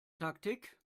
taktik